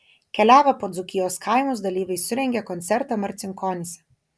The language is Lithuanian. keliavę po dzūkijos kaimus dalyviai surengė koncertą marcinkonyse